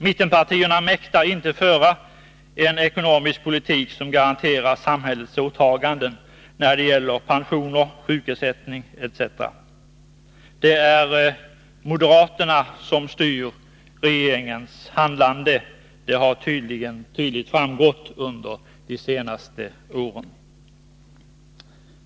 Mittenpartierna mäktar inte föra en ekonomisk politik som garanterar samhällets åtaganden när det gäller pensioner, sjukersättning etc. Det är moderaterna som styr regeringens handlande — det har tydligt framgått under de senaste åren.